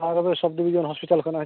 ᱱᱚᱣᱟ ᱠᱚᱫᱚ sub division hospital ᱠᱟᱱᱟ ᱦᱮᱸ ᱥᱮ